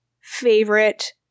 favorite